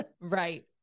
Right